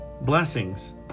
blessings